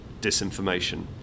disinformation